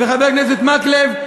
חבר הכנסת מקלב,